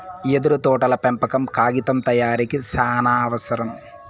యెదురు తోటల పెంపకం కాగితం తయారీకి సానావసరం